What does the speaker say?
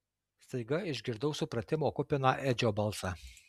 staiga išgirdau supratimo kupiną edžio balsą